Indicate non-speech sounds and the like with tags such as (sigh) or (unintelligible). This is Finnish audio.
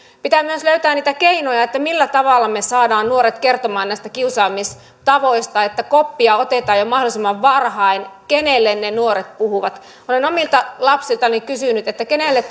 pitää myös löytää niitä keinoja millä tavalla me saamme nuoret kertomaan näistä kiusaamistavoista että koppia otetaan jo mahdollisimman varhain niiltä kenelle ne nuoret puhuvat olen omilta lapsiltani kysynyt kenelle (unintelligible)